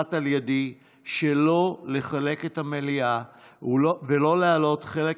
הוחלט על ידי שלא לחלק את המליאה ולא להעלות חלק